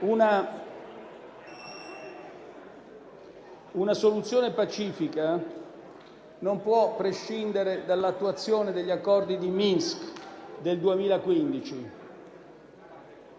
Una soluzione pacifica non può prescindere dall'attuazione degli accordi di Minsk del 2015.